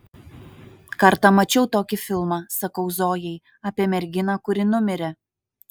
kartą mačiau tokį filmą sakau zojai apie merginą kuri numirė